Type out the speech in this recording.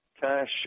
Cash